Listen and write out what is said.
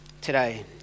today